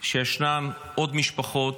שישנן עוד משפחות